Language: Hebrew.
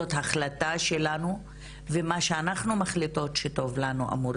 וזאת החלטה שלנו ומה שאנחנו מחליטות שטוב לנו אמור